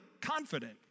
confident